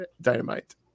Dynamite